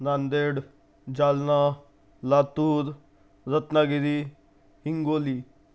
Nanded Jalna Latur Ratnagiri Hingoli